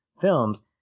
films